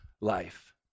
life